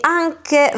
anche